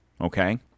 okay